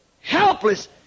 Helpless